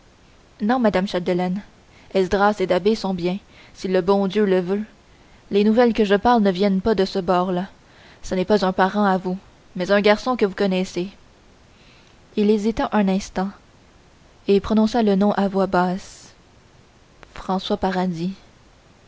non madame chapdelaine esdras et da'bé sont bien si le bon dieu le veut les nouvelles que je parle ne viennent pas de ce bord là ça n'est pas un parent à vous mais un garçon que vous connaissez il hésita un instant et prononça le nom à voix basse françois paradis